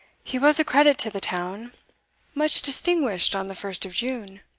he was a credit to the town much distinguished on the first of june.